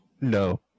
No